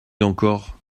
encore